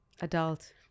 Adult